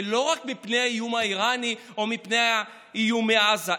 ולא רק מפני האיום האיראני או מפני איום מעזה,